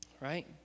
right